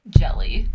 jelly